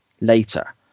later